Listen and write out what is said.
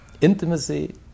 Intimacy